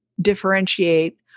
differentiate